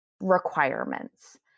requirements